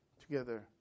together